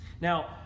Now